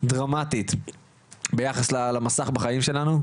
משתנה דרמטית ביחס למסך בחיים שלנו,